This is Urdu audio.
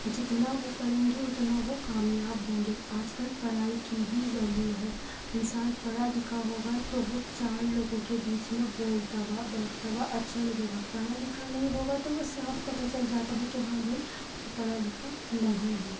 جتنا وہ پڑھیں گے اتنا وہ کامیاب ہوں گے آج کل پڑھائی کی ہی ویلیو ہے انسان پڑھا لکھا ہو گا تو وہ چار لوگوں کے بیچ میں بولتا ہوا بیٹھتا ہوا اچھا لگے گا پڑھا لکھا نہیں ہوگا تو وہ صاف پتہ چل جاتا ہے کہ ہاں بھائی وہ پڑھا لکھا نہیں ہے